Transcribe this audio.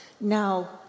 Now